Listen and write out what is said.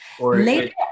Later